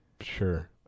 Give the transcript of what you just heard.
Sure